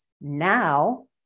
now